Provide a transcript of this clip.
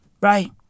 right